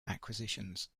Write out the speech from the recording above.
acquisitions